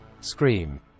Scream